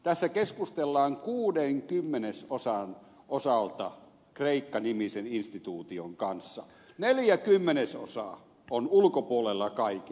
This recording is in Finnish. tässä keskustellaan kuuden kymmenesosan osalta kreikka nimisen instituution kanssa neljä kymmenesosaa on ulkopuolella kaiken